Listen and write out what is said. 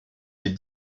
les